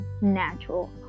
natural